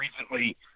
recently